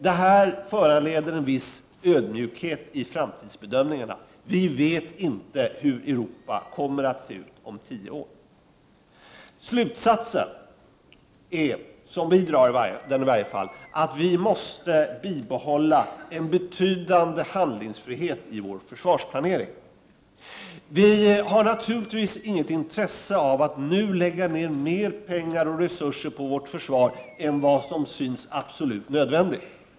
Detta föranleder en viss ödmjukhet i framtidsbedömningarna. Vi vet ju inte hur Europa kommer att se ut om tio år. Den slutsats som vi drar är att en betydande handlingsfrihet i försvarsplaneringen måste bibehållas. Vi har naturligtvis inget intresse av att nu lägga ned mer pengar och resurser på vårt försvar än som synes vara absolut nödvändigt.